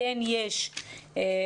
כן יש נכונות,